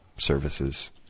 services